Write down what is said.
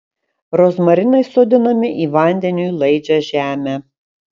rozmarinai sodinami į vandeniui laidžią žemę